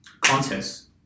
contests